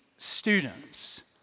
Students